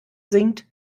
singt